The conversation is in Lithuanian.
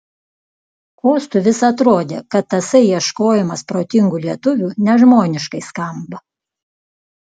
kostui vis atrodė kad tasai ieškojimas protingų lietuvių nežmoniškai skamba